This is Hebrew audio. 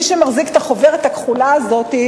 מי שמחזיק את החוברת הכחולה הזאת,